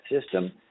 system